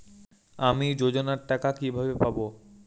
আমি যোজনার টাকা কিভাবে পাবো?